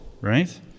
right